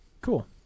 cool